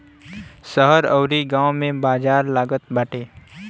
शहर अउरी गांव में बाजार लागत बाटे